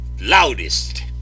loudest